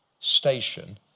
station